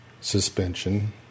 suspension